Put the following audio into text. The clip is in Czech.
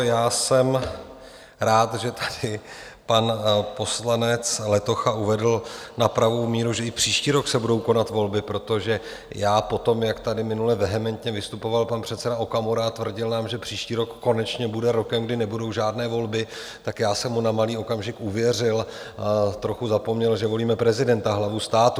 Já jsem rád, že tady pan poslanec Letocha uvedl na pravou míru, že i příští rok se budou konat volby, protože já po tom, jak tady minule vehementně vystupoval pan předseda Okamura a tvrdil nám, že příští rok konečně bude rokem, kdy nebudou žádné volby, tak já jsem mu na malý okamžik uvěřil a trochu zapomněl, že volíme prezidenta, hlavu státu.